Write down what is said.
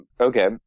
Okay